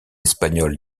espagnole